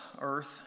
earth